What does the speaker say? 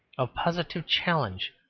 of positive challenge,